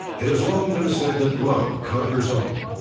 it has long been said that love conquers all.